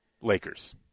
Lakers